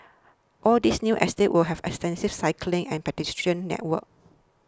all this new estates will have extensive cycling and pedestrian networks